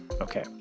Okay